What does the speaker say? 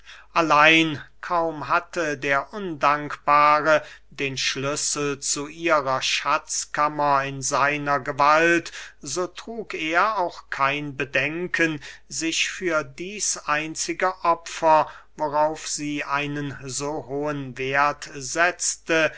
allein kaum hatte der undankbare den schlüssel zu ihrer schatzkammer in seiner gewalt so trug er auch kein bedenken sich für dieß einzige opfer worauf sie einen so hohen werth setzte